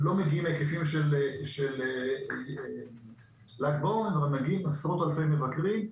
לא מגיעים בהיקפים של ל"ג בעומר אבל מגיעים עשרות-אלפי מבקרים,